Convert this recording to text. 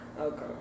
Okay